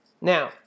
Now